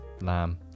lamb